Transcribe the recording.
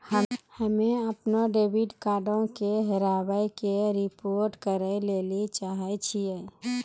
हम्मे अपनो डेबिट कार्डो के हेराबै के रिपोर्ट करै लेली चाहै छियै